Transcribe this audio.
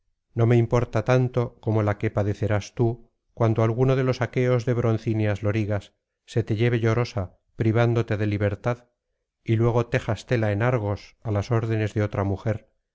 no me importa tanto como la que padecerás tü cuando alguno de los aqueos de broncíneas lorigas se te lleve llorosa privándote de libertad y luego tejas tela en argos á las órdenes de otra mujer